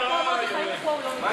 הפער בין המילים כל כך גדול.